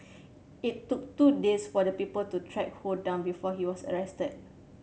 it took two days for the people to track Ho down before he was arrested